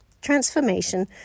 transformation